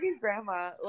grandma